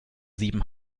sieben